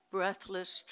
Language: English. Breathless